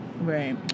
Right